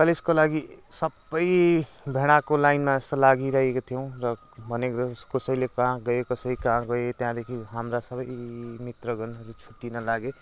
कलेजको लागि सबै भेडाको लाइनमा जस्तै लागी राखेका थियौँ र भनेको जस्तै कसैले कहाँ गए कसै कहाँ गए त्यहाँदेखि हाम्रा सबै मित्रगणहरू छुट्टिन लागे